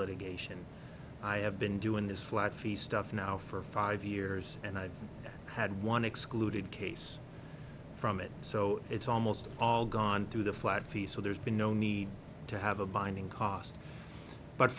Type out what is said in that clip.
litigation i have been doing this flat fee stuff now for five years and i've had one excluded case from it so it's almost all gone through the flat fee so there's been no need to have a binding cost but